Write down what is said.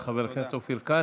תודה לחבר הכנסת אופיר כץ.